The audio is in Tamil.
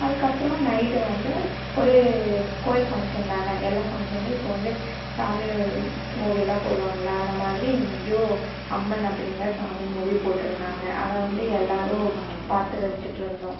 அதற்கப்பறம் நைட்டு வந்து ஒரு கோயில் ஃபங்க்ஷன் தானே எல்லா ஃபங்க்ஷன்லையும் இப்போ வந்து சாமி மூவி எல்லாம் போடுவாங்கல்ல அந்த மாதிரி இங்கையும் அம்மன் அப்படிங்கிற சாமி மூவி போட்டுருந்தாங்க அதை வந்து எல்லாரும் பார்த்து ரசிச்சிகிட்டு இருந்தோம்